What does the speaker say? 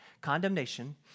Condemnation